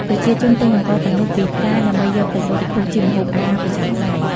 ប្រជាជនទិញអង្ករទាំងនោះពីផ្សារ ដើម្បីយកទៅបរិភោគជាម្ហូបអាហារប្រចាំថ្ងៃ។